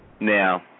Now